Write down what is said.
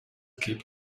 keep